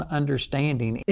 understanding